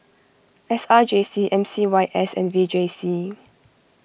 S R J C M C Y S and V J C